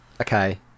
Okay